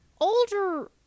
older